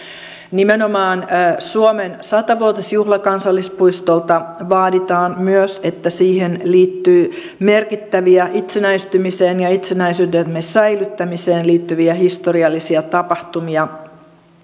nimenomaan suomen sata vuotisjuhlakansallispuistolta vaaditaan myös että siihen liittyy merkittäviä itsenäistymiseen ja itsenäisyytemme säilyttämiseen liittyviä historiallisia tapahtumia